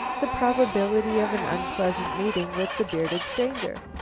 the probability of an unpleasant meeting with the bearded stranger.